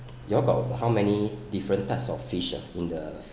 you all got how many different types of fish ah in the